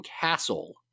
castle